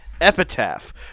Epitaph